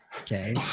Okay